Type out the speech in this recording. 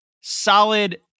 solid